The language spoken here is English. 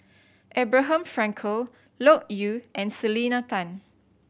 Abraham Frankel Loke Yew and Selena Tan